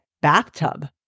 bathtub